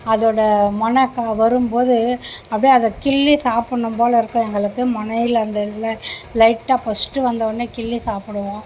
அதோட முனை க்க வரும்போது அப்படியே அதை கிள்ளி சாப்பின்ணும் போல் இருக்கும் எங்களுக்கு முனையில அந்த ல லைட்டாக பர்ஸ்ட்டு வந்தவொவுன்னே கிள்ளி சாப்பிடுவோம்